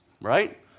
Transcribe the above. Right